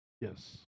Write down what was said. Yes